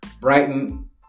Brighton